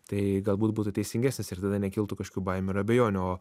tai galbūt būtų teisingesnis ir tada nekiltų kažkokių baimių ir abejonių o